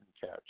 catch